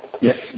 Yes